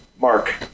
mark